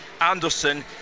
Anderson